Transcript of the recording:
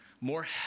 More